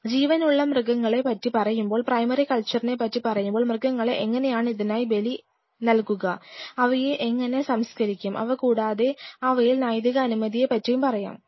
ജീവനുള്ള മൃഗങ്ങളെ പറ്റി പറയുമ്പോൾ പ്രൈമറി കൾച്ചറിനെ പറ്റി പറയുമ്പോൾ മൃഗങ്ങളെ എങ്ങനെയാണു ഇതിനായി ബലി നൽകുക അവയെ എങ്ങനെ സംസ്കരിക്കാം അവ കൂടാതെ അവയിൽ നൈതിക അനുമതിയെ പറ്റിയും പറയാം